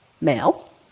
male